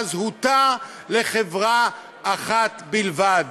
שהמכרז הוטה לחברה אחת בלבד.